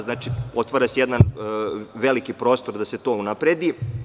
Znači, otvara se jedan veliki prostor da se to unapredi.